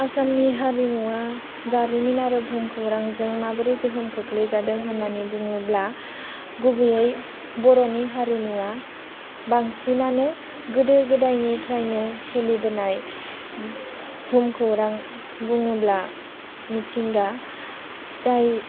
आसामनि हारिमुवा जारिमिन आरो बुहुमखौरांजों माबोरै गोहोम खोख्लैजादों होननानै बुङोब्ला गुबैयै बर'नि हारिमुवा बांसिनानो गोदो गोदायनिफ्रायनो सोलिबोनाय बुहुमखौरां बुङोब्ला मिथिंगा जाय